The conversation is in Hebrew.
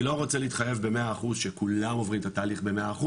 אני לא רוצה להתחייב ב100% שכולם עוברים את התהליך ב-100%,